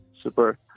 super